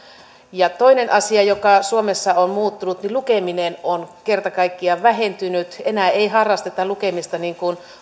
toinen asia joka suomessa on muuttunut on se että lukeminen on kerta kaikkiaan vähentynyt enää ei harrasteta lukemista niin kuin